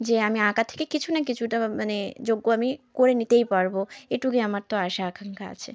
যে আমি আঁকা থেকে কিছু না কিছুটা মানে যোগ্য আমি করে নিতেই পারব এটুকুই আমার তো আশা আকাঙ্ক্ষা আছে